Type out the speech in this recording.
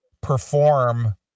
perform